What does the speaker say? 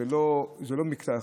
זה לא מקטע אחד,